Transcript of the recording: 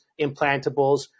implantables